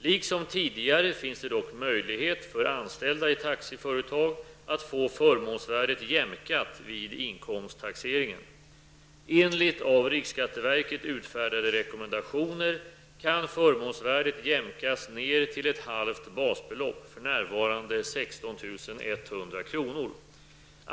Liksom tidigare finns dock möjlighet för anställda i taxiföretag att få förmånsvärdet jämkat vid inkomsttaxeringen. Enligt av riksskatteverket utfärdade rekommendationer kan förmånsvärdet jämkas ner till ett halvt basbelopp, för närvarande 16 100 kr.